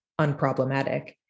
unproblematic